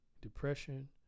depression